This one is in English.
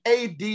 AD